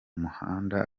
muhanda